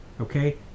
Okay